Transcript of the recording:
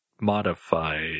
modified